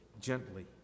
gently